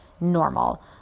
normal